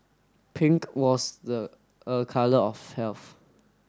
pink was the colour of health